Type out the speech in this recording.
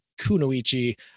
kunoichi